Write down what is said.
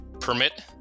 Permit